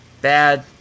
bad